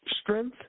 strength